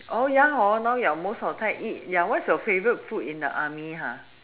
ya hor now more of the time eat what is the most favourite food in the army ah